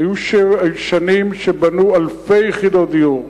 היו שנים שבנו אלפי יחידות דיור.